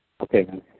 Okay